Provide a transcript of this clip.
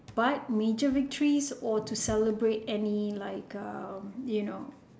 but major victories or to celebrate any like uh you know